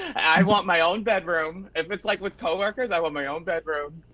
i want my own bedroom if it's like with co-workers, i want my own bedroom.